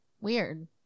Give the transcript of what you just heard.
Weird